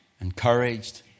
encouraged